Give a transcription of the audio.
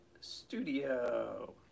Studio